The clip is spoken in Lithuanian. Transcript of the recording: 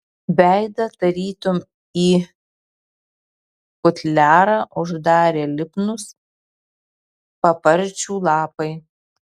veidą tarytum į futliarą uždarė lipnūs paparčių lapai